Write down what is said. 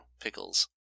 pickles